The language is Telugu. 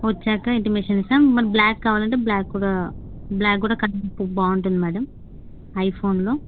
వచ్చాక ఇంటిమేషన్ ఇస్తాం మరి బ్లాక్ కావాలంటే బ్లాక్ కూడా బ్లాక్ కూడా కలర్ బాగుంటుంది మేడమ్ ఐఫోన్లో